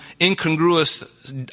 incongruous